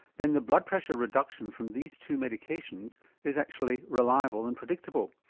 then the blood pressure reduction from these two medications is actually reliable and predictable.